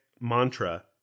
mantra